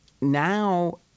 now